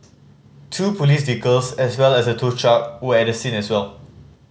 two police vehicles as well as a tow truck were at the scene as well